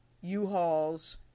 U-Hauls